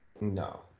No